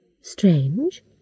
Strange